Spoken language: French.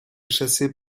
chassés